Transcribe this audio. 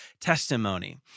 testimony